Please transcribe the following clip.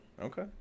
Okay